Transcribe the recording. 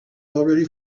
already